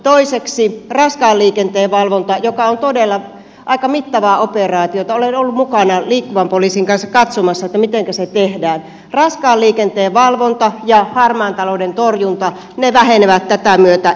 toiseksi raskaan liikenteen valvonta joka on todella aika mittava operaatio jossa olen ollut mukana liikkuvan poliisin kanssa katsomassa mitenkä se tehdään ja harmaan talouden torjunta vähenevät tämän myötä